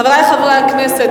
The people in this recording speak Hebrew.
חברי חברי הכנסת,